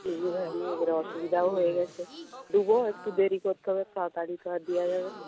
আমি এবারে অসুবিধাও হয়ে গিয়েছে দেবো একটু দেরি করতে হবে তাড়াতাড়ি তো আর দেওয়া যাবে না